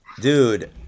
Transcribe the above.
dude